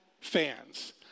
fans